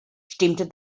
stimmte